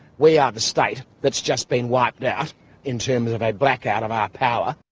we are the state that's just been wiped out in terms of a blackout of our power.